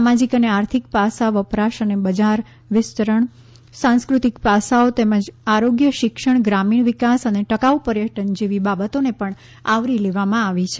સામાજિક અને આર્થિક પાસાં વપરાશ અને બજાર વિસ્તરણ સાંસ્કૃતિક પાસાંઓ તેમજ આરોગ્ય શિક્ષણ ગ્રામીણ વિકાસ અને ટકાઉ પર્યટન જેવી બાબતોને પણ આવરી લેવામાં આવી છે